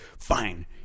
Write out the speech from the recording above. fine